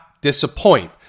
disappoint